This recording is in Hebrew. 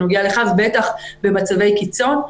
בטח במצבי קיצון,